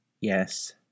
Yes